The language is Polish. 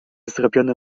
zrobione